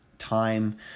time